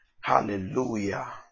Hallelujah